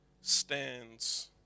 stands